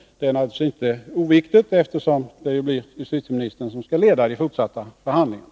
Det är naturligtvis inte oviktigt, eftersom det blir justitieministern som skall leda de fortsatta förhandlingarna.